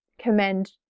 commend